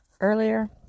earlier